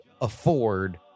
afford